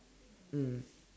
mm